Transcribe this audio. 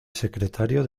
secretario